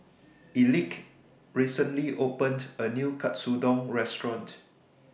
Elick recently opened A New Katsudon Restaurant